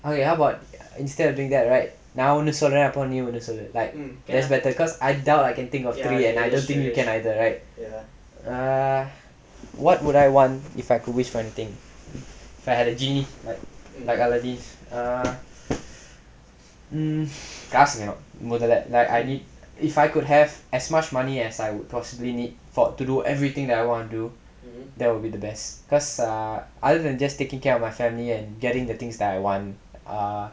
okay how about instead of doing that right நா ஒன்னு சொல்றேன் அப்றம் நீ ஒன்னு சொல்லு:naa onnu solraen apram nee onnu sollu like cause I doubt I can think of err what would I want if I could wish for anything like like a genie like aladdin err mm காசு வேணு முதல:kaasu venu mudhala if I could have as much money as I would possibly need for to do everything that I want to do that would be the best cause err other than just taking care of my family and getting the things that I want err